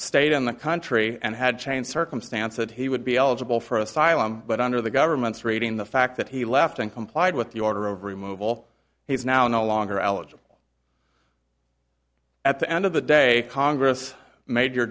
stayed in the country and had changed circumstance that he would be eligible for asylum but under the government's reading the fact that he left and complied with the order of removal he's now no longer eligible at the end of the day congress made your